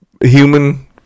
human